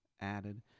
added